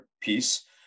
piece